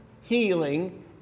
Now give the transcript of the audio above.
healing